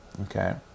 Okay